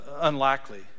unlikely